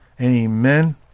Amen